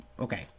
Okay